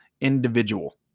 individual